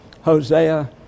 Hosea